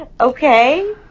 Okay